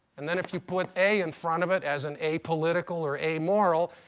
and then if you put a in front of it as in apolitical or amoral,